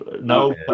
no